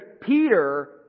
Peter